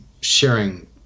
sharing